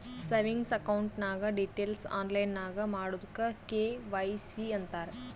savings account ನಾಗ್ details online ನಾಗ್ ಮಾಡದುಕ್ ಕೆ.ವೈ.ಸಿ ಅಂತಾರ್